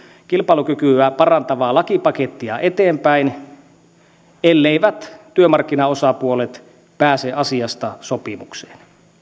kilpailukykyä parantavaa lakipakettia eteenpäin elleivät työmarkkinaosapuolet pääse asiasta sopimukseen